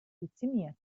dezimiert